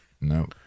No